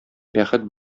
бәхет